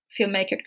filmmaker